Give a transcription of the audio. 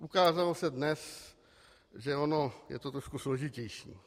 Ukázalo se dnes, že ono je to trošku složitější.